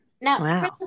Now